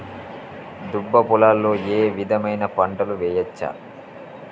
దుబ్బ పొలాల్లో ఏ విధమైన పంటలు వేయచ్చా?